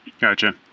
Gotcha